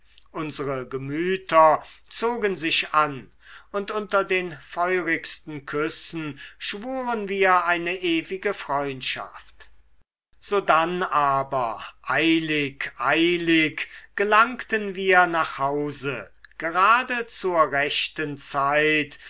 unsere gemüter zogen sich an und unter den feurigsten küssen schwuren wir eine ewige freundschaft sodann aber eilig eilig gelangten wir nach hause gerade zur rechten zeit